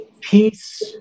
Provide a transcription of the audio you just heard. peace